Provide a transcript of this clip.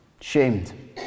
shamed